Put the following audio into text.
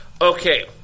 okay